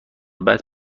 بعد